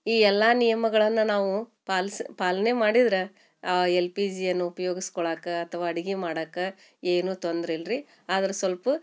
ಈ ಎಲ್ಲ ನಿಯಮಗಳನ್ನು ನಾವು ಪಾಲಿಸ್ ಪಾಲನೆ ಮಾಡಿದ್ರೆ ಆ ಎಲ್ ಪಿ ಜಿಯನ್ನು ಉಪಯೋಗ್ಸ್ಕೊಳ್ಳಕ್ಕೆ ಅಥವಾ ಅಡ್ಗೆ ಮಾಡಕ್ಕೆ ಏನೂ ತೊಂದ್ರೆ ಇಲ್ಲ ರೀ ಆದ್ರೆ ಸಲ್ಪ